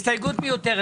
הסתייגות מיותרת.